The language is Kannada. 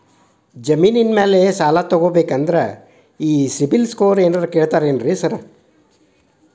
ಜಮೇನಿನ ಮ್ಯಾಲೆ ಸಾಲ ತಗಬೇಕಂದ್ರೆ ಈ ಸಿಬಿಲ್ ಸ್ಕೋರ್ ಏನಾದ್ರ ಕೇಳ್ತಾರ್ ಏನ್ರಿ ಸಾರ್?